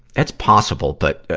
that's possible, but,